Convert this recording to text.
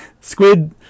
Squid